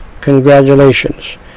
congratulations